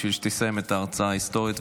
בשביל שתסיים את ההרצאה ההיסטורית,